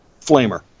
Flamer